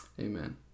Amen